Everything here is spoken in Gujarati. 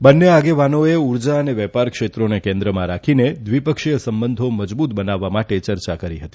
બન્ને આગેવાનોએ ઉર્જા અને વેપાર ક્ષેત્રોને કેન્દ્રમાં રાખીને દ્વિપક્ષીય સંબંધી મજબૂત બનાવવા માટે યર્યા કરી હતી